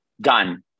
Done